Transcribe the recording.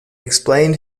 explained